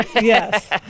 Yes